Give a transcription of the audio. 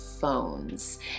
phones